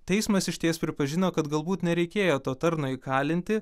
teismas išties pripažino kad galbūt nereikėjo to tarno įkalinti